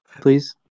Please